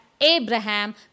Abraham